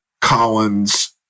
Collins